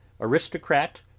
Aristocrat